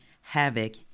havoc